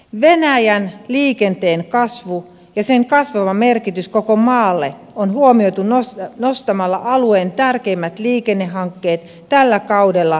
venäjän liikenteen kasvu ja sen kasvava merkitys koko maalle on huomioitu nostamalla alueen tärkeimmät liikennehankkeet tällä kaudella aloitettavien listalle